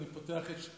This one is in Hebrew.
אדוני היושב-ראש,